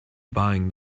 buying